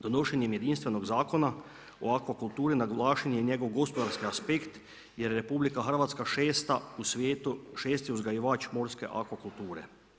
Donošenjem jedinstvenog Zakona o akvakulturi naglašen je njegov gospodarski aspekt jer je RH, 6 u svijetu, 6. uzgajivač morske akvakulture.